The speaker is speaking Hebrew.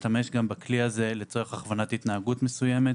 אפשר להשתמש גם בכלי הזה לצורך הכוונת התנהגות מסוימת.